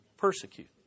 persecute